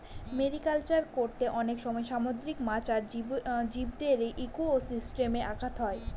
mariculture করতে অনেক সময় সামুদ্রিক মাছ আর জীবদের ইকোসিস্টেমে ঘাত হয়